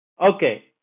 Okay